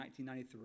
1993